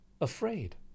afraid